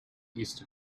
east